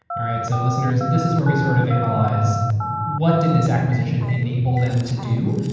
alright, so listeners, this is where we sort of analyze what did this acquisition enabled them to do,